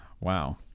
wow